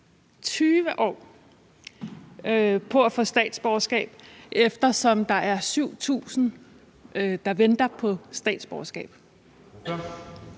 20 år! – på at få statsborgerskab, eftersom der er 7.000, der venter på statsborgerskab?